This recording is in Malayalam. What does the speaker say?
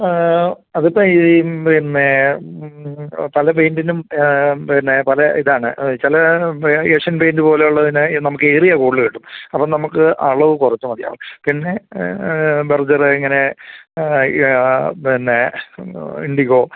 അതിപ്പം പിന്നെ പല പെയിൻറിനും പിന്നെ പല ഇതാണ് ചില ഏഷ്യൻ പെയിൻറ് പോലുള്ളതിന് നമുക്ക് ഏരിയ കൂടുതൽ കിട്ടും അപ്പം നമുക്ക് അളവ് കുറച്ച് മതിയാവും പിന്നെ ബർഗറ് ഇങ്ങനെ ഈ പിന്നെ ഇൻഡിഗോ